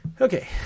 Okay